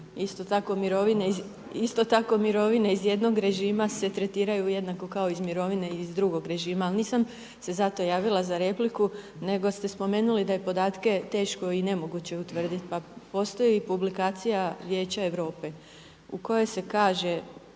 Isto tako mirovine iz jednog režima se tretiraju jednako kao i mirovine iz drugog režima ali nisam se zato javila za repliku nego ste spomenuli da je podatke teško i nemoguće utvrditi. Pa postoji publikacija Vijeća Europe u kojoj se kaže